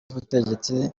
z’ubutegetsi